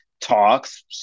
talks